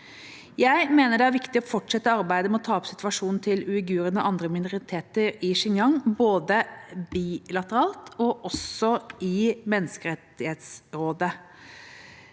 Jeg mener det er viktig å fortsette arbeidet med å ta opp situasjonen til uigurene og andre minoriteter i Xinjiang både bilateralt og i Menneskerettighetsrådet.